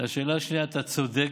לשאלה השנייה, אתה צודק.